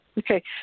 Okay